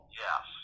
yes